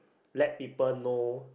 let people know